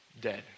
dead